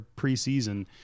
preseason